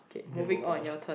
okay moving on